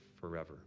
forever